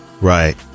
Right